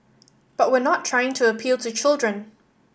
but we're not trying to appeal to children